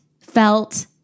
felt